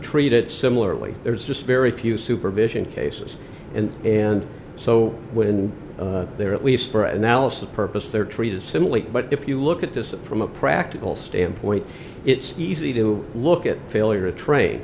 treated similarly there's just very few supervision cases and and so when they're at least for analysis of purpose they're treated similarly but if you look at this from a practical standpoint it's easy to look at failure to train